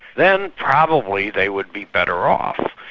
then probably they would be better off.